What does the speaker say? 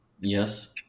Yes